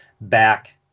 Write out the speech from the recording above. back